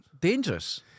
Dangerous